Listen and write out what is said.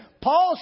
Paul